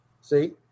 See